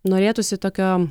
norėtųsi tokio